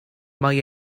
mae